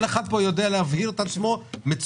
כל אחד פה יודע להבהיר את עצמו מצוין.